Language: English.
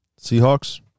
Seahawks